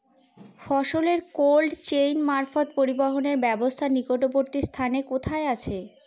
ফসলের cold chain মারফত পরিবহনের ব্যাবস্থা নিকটবর্তী স্থানে কোথায় আছে?